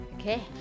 Okay